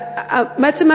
בעצם,